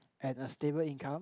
and a stable income